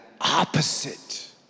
opposite